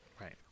right